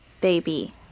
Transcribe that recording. baby